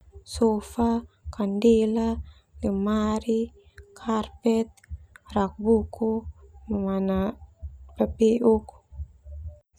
Sofa, kandela, lemari, karpet, rak buku, mamana papeuk.